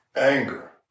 anger